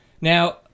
Now